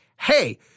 hey